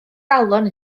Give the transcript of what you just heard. galon